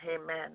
amen